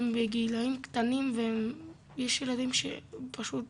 הם בגילאים קטנים ויש ילדים שפשוט